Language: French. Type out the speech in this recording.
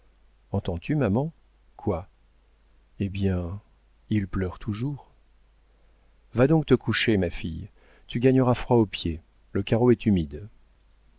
entends-tu maman quoi hé bien il pleure toujours va donc te coucher ma fille tu gagneras froid aux pieds le carreau est humide